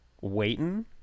waiting